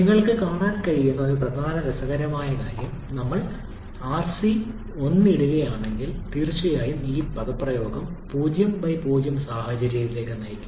നിങ്ങൾക്ക് കാണാൻ കഴിയുന്ന ഒരു പ്രധാന അല്ലെങ്കിൽ രസകരമായ കാര്യം ഞങ്ങൾ rc 1 ഇടുകയാണെങ്കിൽ തീർച്ചയായും ഈ പദപ്രയോഗം 00 സാഹചര്യത്തിലേക്ക് നയിക്കും